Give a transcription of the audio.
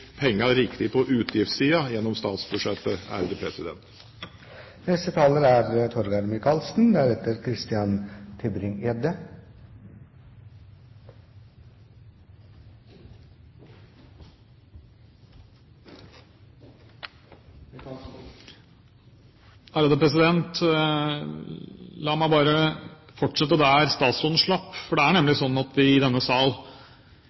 riktig på utgiftssiden gjennom statsbudsjettet. La meg bare fortsette der statsråden slapp, for det er nemlig slik at vi i denne sal oftere diskuterer statsbudsjettets utgiftsside enn inntektssiden. Det er